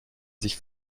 sich